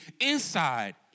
inside